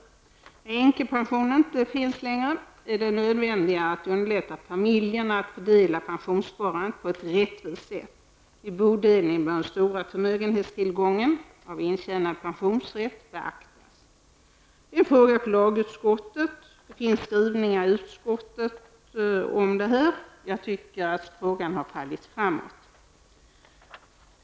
När änkepensionen inte längre finns är det nödvändigt att underlätta för familjerna att fördela pensionssparandet på ett rättvist sätt. Vid bodelning bör den stora förmögenhetstillgång som intjänad pensionsrätt utgör beaktas. Det är en fråga för lagutskottet. Jag tycker att frågan har fallit framåt.